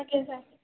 ଆଜ୍ଞା ସାର୍